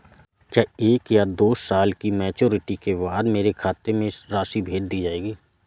क्या एक या दो साल की मैच्योरिटी के बाद मेरे खाते में राशि भेज दी जाएगी?